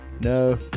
No